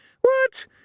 What